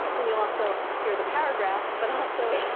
and you'll also hear the paragraph. but also,